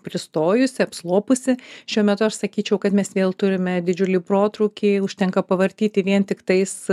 pristojusi apslopusi šiuo metu aš sakyčiau kad mes vėl turime didžiulį protrūkį užtenka pavartyti vien tiktais